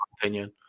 opinion